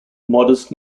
modest